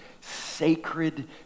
sacred